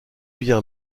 bien